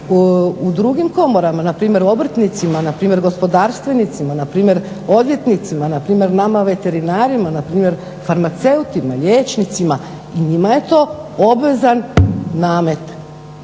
u drugim komorama, npr. obrtnicima, npr. gospodarstvenicima, npr. odvjetnicima, npr. nama veterinarima, npr. farmaceutima, liječnicima i njima je to obvezan namete.